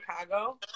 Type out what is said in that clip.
Chicago